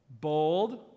Bold